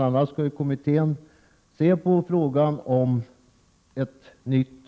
a. skall kommittén se på frågan om ett nytt